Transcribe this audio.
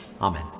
amen